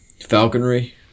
falconry